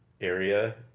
area